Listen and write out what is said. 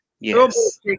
Yes